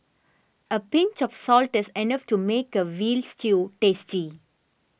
a pinch of salt is enough to make a Veal Stew tasty